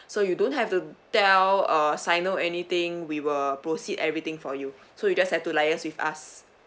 so you don't have to tell uh signo anything we will proceed everything for you so you just have to liaise with us